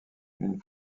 une